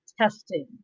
testing